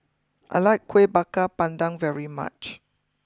I like Kueh Bakar Pandan very much